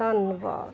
ਧੰਨਵਾਦ